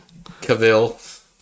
Cavill